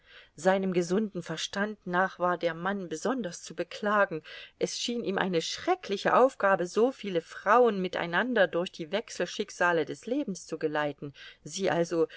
seinem gefunden verstand nach war der mann besonders zu beklagen es schien ihm eine schreckliche aufgabe so viele frauen miteinander durch die wechselschicksale des lebens zu geleiten sie also